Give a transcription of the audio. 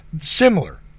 similar